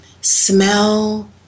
Smell